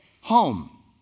home